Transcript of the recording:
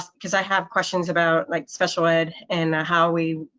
because i have questions about like special ed, and how we,